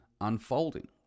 unfolding